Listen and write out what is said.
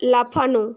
লাফানো